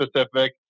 specific